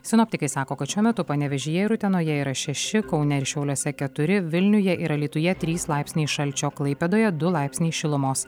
sinoptikai sako kad šiuo metu panevėžyje ir utenoje yra šeši kaune ir šiauliuose keturi vilniuje ir alytuje trys laipsniai šalčio klaipėdoje du laipsniai šilumos